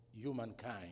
humankind